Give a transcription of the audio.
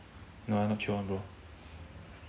no not chio one bro